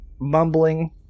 mumbling